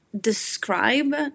describe